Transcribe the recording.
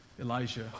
Elijah